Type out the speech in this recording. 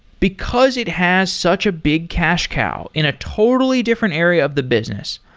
because it has such a big cache cow in a totally different area of the business,